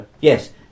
Yes